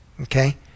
okay